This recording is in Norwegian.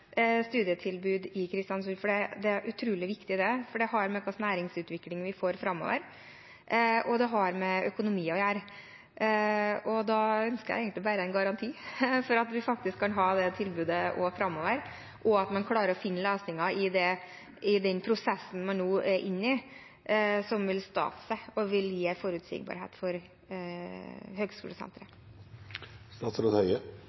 studietilbud i Kristiansund. For det er utrolig viktig, det har å gjøre med hva slags næringsutvikling vi får framover, og det har å gjøre med økonomi. Jeg ønsker egentlig bare en garanti for at vi kan ha det tilbudet også framover, og at vi klarer å finne løsninger i den prosessen man nå er inne i som vil stadfeste og gi en forutsigbarhet framover for